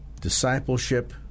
discipleship